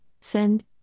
send